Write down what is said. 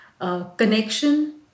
connection